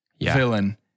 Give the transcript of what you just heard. villain